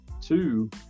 Two